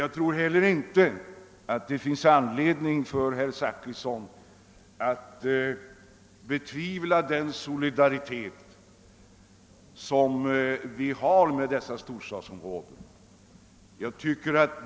Jag tror heller inte att det finns anledning för herr Zachrisson att betvivla den solidaritet som vi känner med dessa storstadsområden.